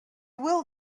will